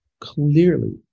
Clearly